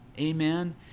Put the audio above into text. amen